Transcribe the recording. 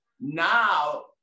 Now